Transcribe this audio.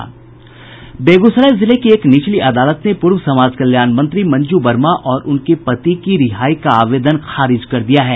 बेगूसराय जिले की एक निचली अदालत ने पूर्व समाज कल्याण मंत्री मंजू वर्मा और उनके पति की रिहाई का आवेदन खारिज कर दिया है